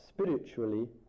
spiritually